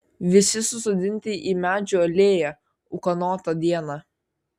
visi susodinti į medžių alėją ūkanotą dieną